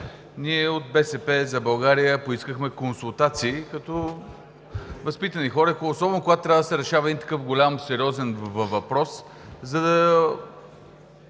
Ние от „БСП за България“ поискахме консултации, като възпитани хора, особено когато трябва да се решава един такъв голям, сериозен въпрос, за да